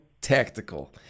Tactical